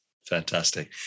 Fantastic